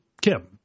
Kim